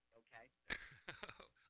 okay